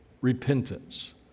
repentance